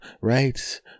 right